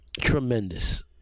Tremendous